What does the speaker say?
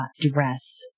dress